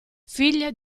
figlia